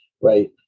right